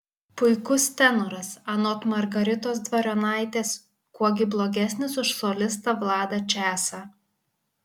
puikus tenoras anot margaritos dvarionaitės kuo gi blogesnis už solistą vladą česą